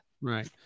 Right